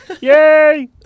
Yay